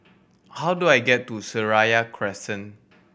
how do I get to Seraya Crescent